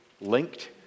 linked